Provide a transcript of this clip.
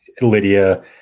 Lydia